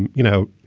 and you know,